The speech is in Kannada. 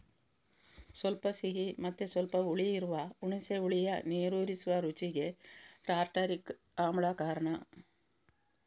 ಸ್ವಲ್ಪ ಸಿಹಿ ಮತ್ತೆ ಸ್ವಲ್ಪ ಹುಳಿ ಇರುವ ಹುಣಸೆ ಹುಳಿಯ ನೀರೂರಿಸುವ ರುಚಿಗೆ ಟಾರ್ಟಾರಿಕ್ ಆಮ್ಲ ಕಾರಣ